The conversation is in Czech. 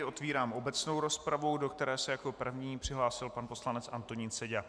Otevírám obecnou rozpravu, do které se jako první přihlásil pan poslanec Antonín Seďa.